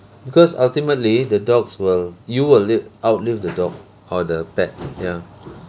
because ultimately the dogs will you will live outlive the dog or the pets ya